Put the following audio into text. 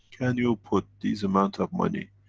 can you put these amount of money?